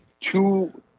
two